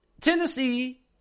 Tennessee